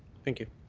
thank you.